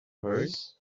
hers